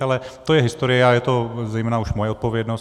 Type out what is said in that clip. Ale to je historie a je to zejména už moje odpovědnost.